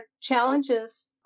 challenges